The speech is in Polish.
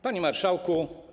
Panie Marszałku!